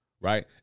right